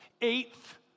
eighth